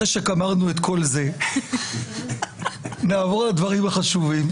אחרי שאמרנו את כל זה נעבור לדברים החשובים.